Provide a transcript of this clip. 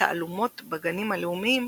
תעלומות בגנים הלאומיים